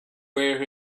wear